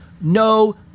no